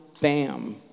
bam